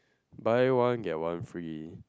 buy one get one free